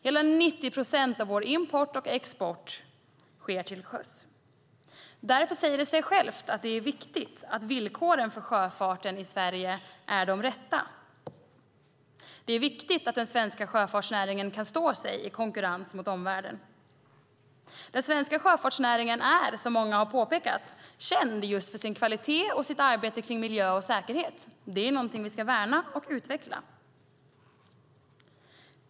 Hela 90 procent av vår import och export sker till sjöss. Därför säger det sig självt att det är viktigt att villkoren för sjöfarten i Sverige är de rätta. Det är viktigt att den svenska sjöfartsnäringen kan stå sig i konkurrensen mot omvärlden. Den svenska sjöfartsnäringen är, som många har påpekat, känd just för sin kvalitet och sitt arbete kring miljö och säkerhet. Det är något vi ska värna och utveckla.